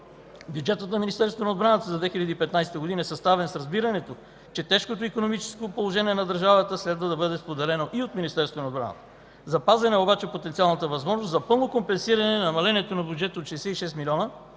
Бюджетът на Министерството на отбраната за 2015 г. е съставен с разбирането, че тежкото икономическо положение на държавата следва да бъде споделено и от Министерство на отбраната. Запазена е обаче потенциалната възможност за пълно компенсиране на намалението на бюджета от 66 млн.